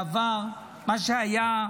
בעבר, מה שהיה,